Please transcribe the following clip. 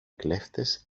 κλέφτες